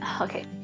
okay